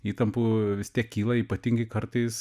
įtampų vis tiek kyla ypatingai kartais